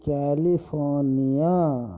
California